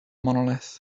monolith